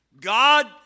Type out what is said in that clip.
God